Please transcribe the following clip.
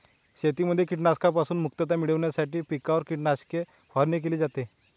शेतीमध्ये कीटकांपासून मुक्तता मिळविण्यासाठी पिकांवर कीटकनाशके फवारणी केली जाते